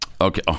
Okay